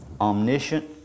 omniscient